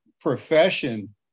profession